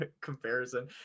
comparison